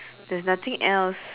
there's nothing else